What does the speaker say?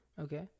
Okay